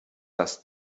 does